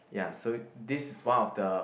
ya so this is one of the